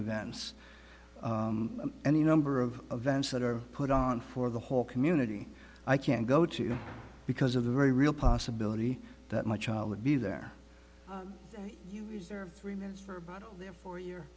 events and any number of events that are put on for the whole community i can't go to because of the very real possibility that my child would be there is there are three minutes before your